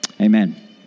amen